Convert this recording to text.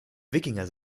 wikinger